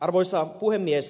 arvoisa puhemies